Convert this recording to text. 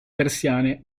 persiane